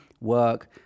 work